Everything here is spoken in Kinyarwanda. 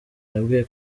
yabwiye